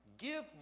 Give